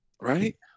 Right